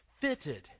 fitted